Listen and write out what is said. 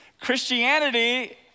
Christianity